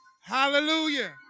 Hallelujah